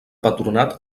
patronat